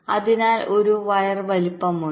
അതിനാൽ ഒരു വയർ വലുപ്പമുണ്ട്